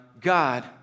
God